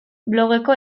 blogeko